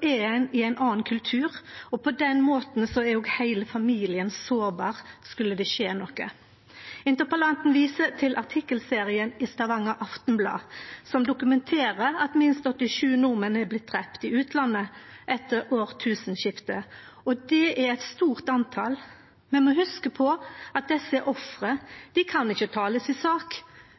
er ein i ein annan kultur, og på den måten er òg heile familien sårbar skulle det skje noko. Interpellanten viser til artikkelserien i Stavanger Aftenblad som dokumenterer at minst 87 nordmenn er blitt drepne i utlandet etter tusenårsskiftet. Det er eit høgt tal. Vi må hugse på at desse ofra ikkje kan tale si sak,